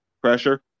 pressure